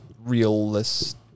realist